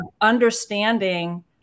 understanding